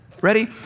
ready